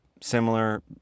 similar